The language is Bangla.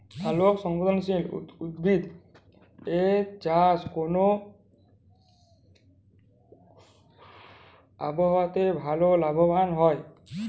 আলোক সংবেদশীল উদ্ভিদ এর চাষ কোন আবহাওয়াতে ভাল লাভবান হয়?